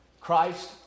Christ